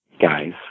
guys